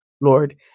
Lord